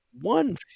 one